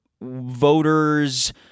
voters